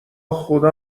خدا